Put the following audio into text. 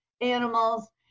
animals